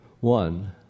One